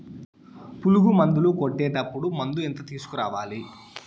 పులుగు మందులు కొట్టేటప్పుడు మందు ఎంత తీసుకురావాలి?